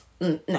no